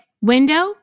Window